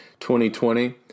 2020